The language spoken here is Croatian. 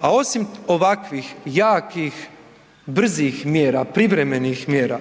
a osim ovakvih jakih, brzih mjera, privremenih mjera